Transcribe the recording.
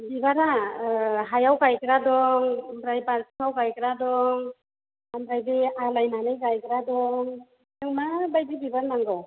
बिबारा हायाव गायग्रा दं ओमफ्राय बाल्थिङाव गायग्रा दं ओमफ्राय बे आलायनानै गायग्रा दं नों माबायदि बिबार नांगौ